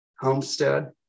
homestead